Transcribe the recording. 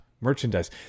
merchandise